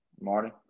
Marty